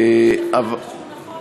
שהוא נכון.